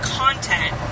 content